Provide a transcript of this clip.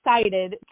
excited